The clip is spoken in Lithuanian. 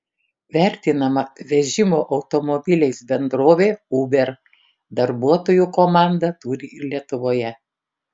vertinama vežimo automobiliais bendrovė uber darbuotojų komandą turi ir lietuvoje